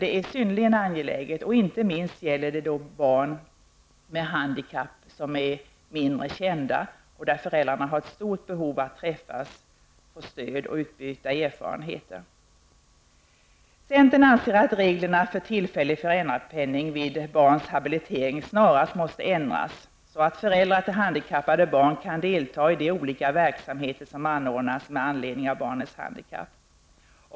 Det är synnerligen angeläget, inte minst när det gäller barn med handikapp som är mindre kända. Föräldrar till sådana barn har ett stort behov av att träffas, få stöd och utbyta erfarenheter. Centern anser att reglerna för tillfällig föräldrapenning vid barns habilitering snarast måste ändras, så att föräldrar till handikappade barn kan delta i de olika verksamheter som anordnas med anledning av barnets handikapp.